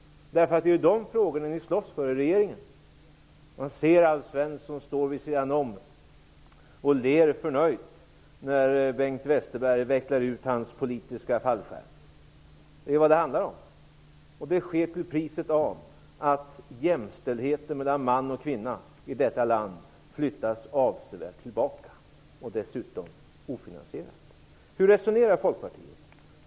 Det är ju den frågan som ni slåss för i regeringen. Man kan se hur Alf Svensson står vid sidan om och ler förnöjt när Bengt Westerberg vecklar ut hans politiska fallskärm. Det är vad det handlar om. Det sker till priset av att jämställdheten mellan man och kvinna i vårt land flyttas avsevärt tillbaka, och åtgärden är dessutom ofinansierad. Hur resonerar Folkpartiet?